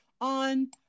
on